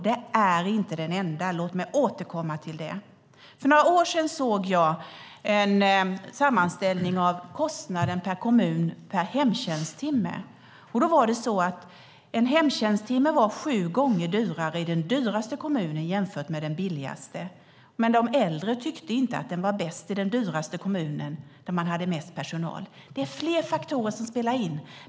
Den är inte den enda, och låt mig återkomma till det. För några år sedan såg jag en sammanställning av kostnaden per kommun per hemtjänsttimme. En hemtjänsttimme var sju gånger dyrare i den dyraste kommunen än i den billigaste. Men de äldre tyckte inte att den var bäst i den dyraste kommunen där man hade mest personal. Det är flera faktorer som spelar in.